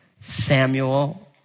Samuel